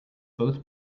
both